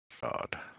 god